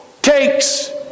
takes